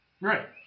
Right